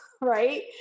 right